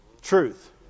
truth